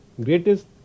greatest